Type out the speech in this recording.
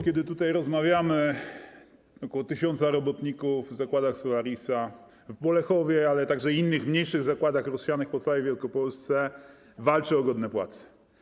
Kiedy tutaj rozmawiamy, ok. 1 tys. robotników w zakładach Solarisa w Bolechowie, ale także w innych mniejszych zakładach rozsianych po całej Wielkopolsce, walczy o godne płace.